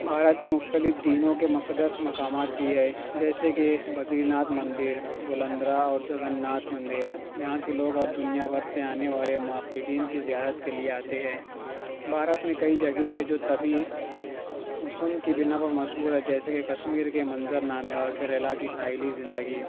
بھارت میں مختلف دینوں کے مقدس مقامات بھی ہے جیسے کہ بدری ناتھ مندر گلندرا اور جگن ناتھ مندر یہاں کے لوگ اور دنیا بھر سے آنے والے معتقدین کی زیارت کے لیے آتے ہیں بھارت میں کئی جگہ ہے جو تبھی اس ان کی بنا پر مشہور ہے جیسے کی کشمیر کے منظرنامے اور کیرلا کی ساحلی زندگی